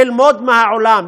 ללמוד מהעולם,